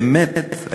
באמת,